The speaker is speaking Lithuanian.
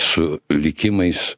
su likimais